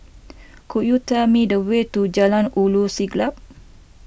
could you tell me the way to Jalan Ulu Siglap